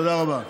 תודה רבה.